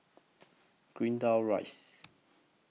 Greendale Rise